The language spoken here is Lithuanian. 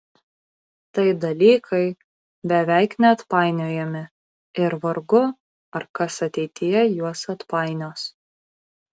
tai dalykai beveik neatpainiojami ir vargu ar kas ateityje juos atpainios